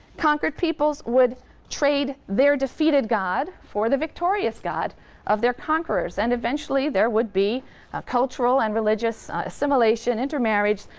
conquered peoples would trade their defeated god for the victorious god of their conquerors and eventually there would be a cultural and religious assimilation, intermarriage.